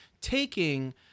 taking